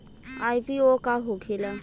IPO का होखेला?